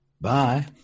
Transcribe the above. Bye